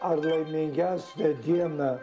ar laimingesnė diena